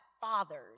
fathers